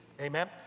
Amen